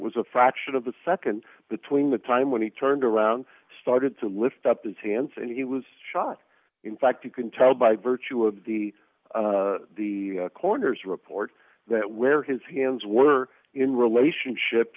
was a fraction of the nd between the time when he turned around started to lift up his hands and he was shot in fact you can tell by virtue of the the corners report that where his hands were in relationship